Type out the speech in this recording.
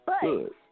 Good